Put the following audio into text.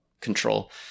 control